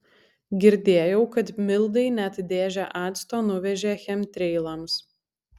girdėjau kad mildai net dėžę acto nuvežė chemtreilams